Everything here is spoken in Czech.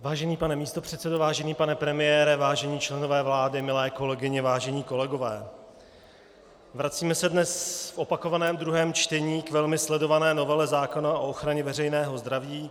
Vážený pane místopředsedo, vážený pane premiére, vážení členové vlády, milé kolegyně, vážení kolegové, vracíme se dnes v opakovaném druhém čtení k velmi sledované novele zákona o ochraně veřejného zdraví.